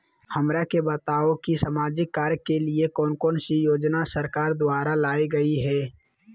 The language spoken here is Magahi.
हमरा के बताओ कि सामाजिक कार्य के लिए कौन कौन सी योजना सरकार द्वारा लाई गई है?